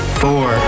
four